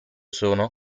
sono